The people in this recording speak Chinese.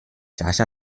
辖下